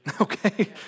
Okay